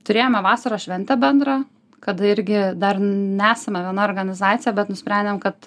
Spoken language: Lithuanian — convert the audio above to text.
turėjome vasaros šventę bendrą kad irgi dar nesame viena organizacija bet nusprendėm kad